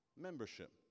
membership